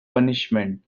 punishment